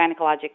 gynecologic